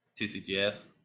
TCGS